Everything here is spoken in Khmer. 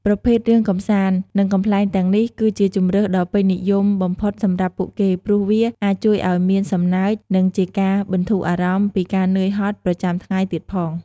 ប្រភេទរឿងកម្សាន្ត និងកំប្លែងទាំងនេះ គឺជាជម្រើសដ៏ពេញនិយមបំផុតសម្រាប់ពួកគេ ព្រោះវាអាចជួយឲ្យមានសំណើច និងជាការបន្ធូរអារម្មណ៍ពីការនឿយហត់ប្រចាំថ្ងៃទៀតផង។